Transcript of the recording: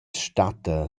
statta